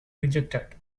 rejected